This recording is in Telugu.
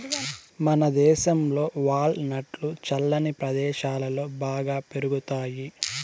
మనదేశంలో వాల్ నట్లు చల్లని ప్రదేశాలలో బాగా పెరుగుతాయి